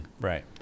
Right